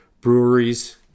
breweries